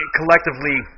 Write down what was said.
collectively